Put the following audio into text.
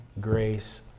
grace